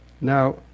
Now